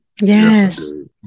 Yes